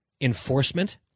enforcement